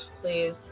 please